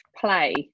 play